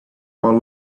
about